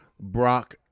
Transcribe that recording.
Brock